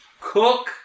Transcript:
cook